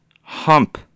Hump